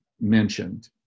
mentioned